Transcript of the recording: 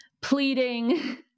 pleading